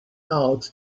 out